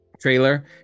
trailer